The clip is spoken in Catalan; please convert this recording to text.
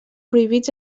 prohibits